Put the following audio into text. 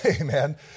Amen